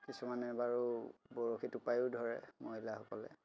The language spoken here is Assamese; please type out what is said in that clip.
কিছুমানে বাৰু বৰশী টুপাইও ধৰে মহিলাসকলে